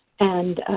and